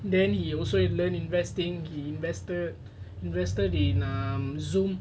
then he also learn investing he invested invested in um Zoom